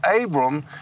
Abram